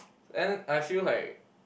and I feel like